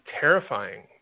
terrifying